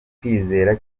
kwiyizera